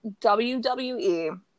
WWE